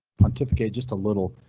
pontificate just a little.